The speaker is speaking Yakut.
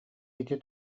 ити